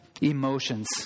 emotions